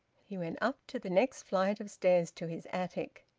he went up to the next flight of stairs to his attic.